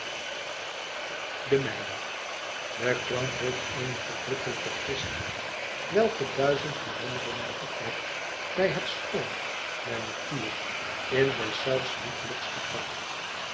de meidag de klank heeft eene verkwikkelijke frischheid welke duizend herinneringen opwekt van het schopn der natuur in deszelfs liefelijkste pracht